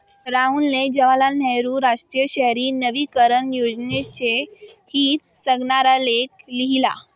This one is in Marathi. राहुलने जवाहरलाल नेहरू राष्ट्रीय शहरी नवीकरण योजनेचे हित सांगणारा लेख लिहिला